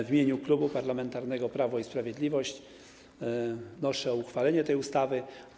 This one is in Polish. W imieniu Klubu Parlamentarnego Prawo i Sprawiedliwość wnoszę o uchwalenie tej ustawy.